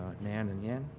nan and yang.